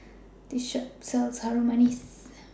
This Shop sells Harum Manis